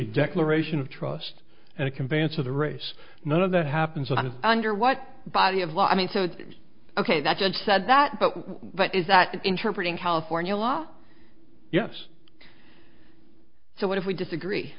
declaration of trust and a conveyance of the race none of that happens and under what body of law i mean so it's ok that judge said that but what is that interpreting california law yes so what if we disagree